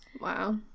Wow